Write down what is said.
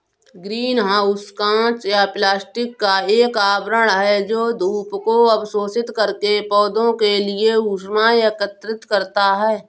green house कांच या plastic का एक आवरण है जो धूप को अवशोषित करके पौधों के लिए ऊष्मा एकत्रित करता है